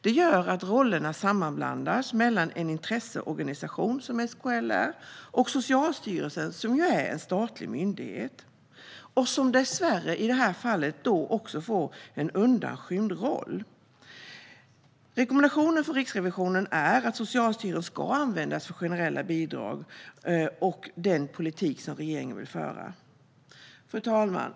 Detta gör att rollerna sammanblandas mellan en intresseorganisation, SKL, och Socialstyrelsen, som är en statlig myndighet och som dessvärre, i detta fall, också får en undanskymd roll. Rekommendationen från Riksrevisionen är att Socialstyrelsen ska användas för generella bidrag och den politik som regeringen vill föra. Fru talman!